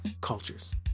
cultures